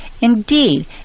indeed